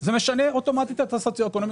וזה משנה אוטומטית את הדירוג הסוציו-אקונומי,